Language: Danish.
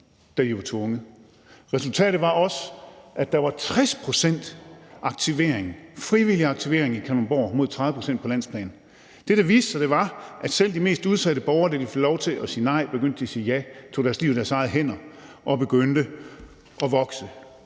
Resultatet var også, at der var 60 pct. frivillig aktivering i Kalundborg mod 30 pct. på landsplan. Det, der viste sig, var, at selv de mest udsatte borgere, da de fik lov til at sige nej, begyndte at sige ja; de tog deres liv i deres egne hænder og begyndte at vokse